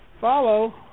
follow